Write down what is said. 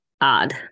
odd